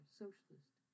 socialist